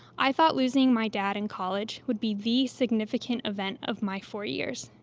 i thought losing my dad in college would be the significant event of my four years,